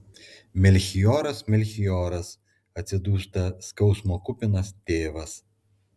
melchioras melchioras atsidūsta skausmo kupinas tėvas